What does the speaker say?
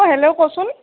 অ' hello ক'চোন